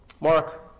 Mark